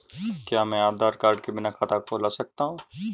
क्या मैं आधार कार्ड के बिना खाता खुला सकता हूं?